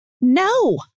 No